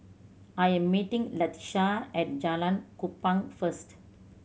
I am meeting Latisha at Jalan Kupang first